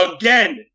Again